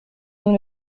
nous